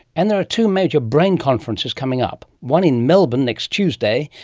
and there are two major brain conferences coming up one in melbourne next tuesday,